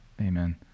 amen